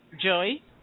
Joey